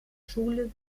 schule